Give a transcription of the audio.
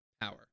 power